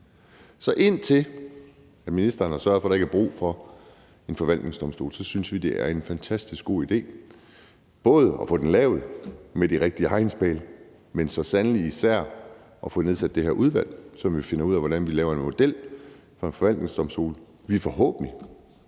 Så indtil ministeren har sørget for, at der ikke er brug for en forvaltningsdomstol, synes vi, det er en fantastisk god idé, både at få den lavet med de rigtige hegnspæle, men så sandelig især at få nedsat det her udvalg, så vi finder ud af, hvordan vi laver en model for en forvaltningsdomstol, som vi forhåbentlig